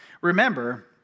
Remember